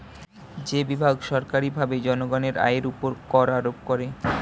যে বিভাগ সরকারীভাবে জনগণের আয়ের উপর কর আরোপ করে